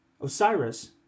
Osiris